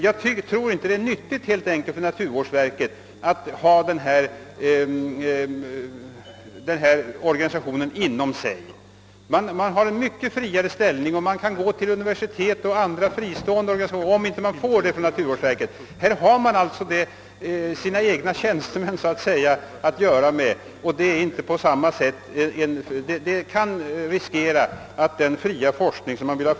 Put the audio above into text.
Jag tror helt enkelt inte att det är nyttigt för naturvårdsverket att ha den här organisationen inom sig. Den har en mycket friare ställning och kan gå till universitet och andra fristående forskningsorganisationer, om den inte får de forskningsresultat den vill ha från naturvårdsverket. Då får den så att säga med sina egna tjänstemän att göra. I annat fall riskerar vi att inte få den fria forskning vi vill ha.